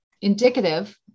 indicative